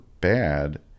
bad